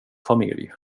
familj